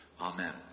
Amen